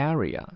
Area